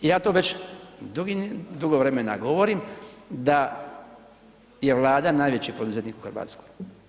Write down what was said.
Ja to već dugo vremena govorim da je Vlada najveći poduzetnik u Hrvatskoj.